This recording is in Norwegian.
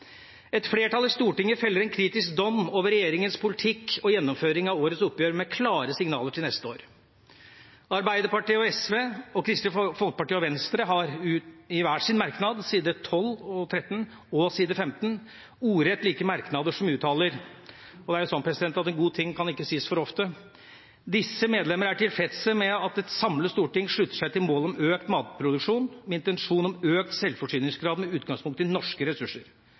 Et flertall i Stortinget feller en kritisk dom over regjeringas politikk og gjennomføring av årets oppgjør med klare signaler for neste år. Arbeiderpartiet, SV, Kristelig Folkeparti og Venstre har i hver sine merknader – side 12, 13 og 15 i innstillinga – ordrett like merknader. En god ting kan ikke sies for ofte, og i disse merknadene står det: «Disse medlemmer er tilfredse med at et samlet storting slutter seg til målet om økt matproduksjon, med intensjon om økt selvforsyningsgrad med utgangspunkt i norske ressurser.»